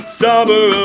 summer